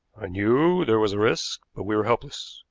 i knew there was a risk, but we were helpless,